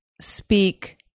speak